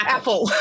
Apple